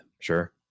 Sure